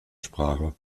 sprache